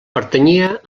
pertanyia